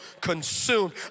consumed